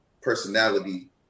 personality